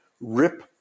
rip